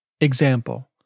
Example